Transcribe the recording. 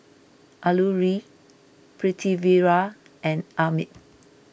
Alluri Pritiviraj and Amit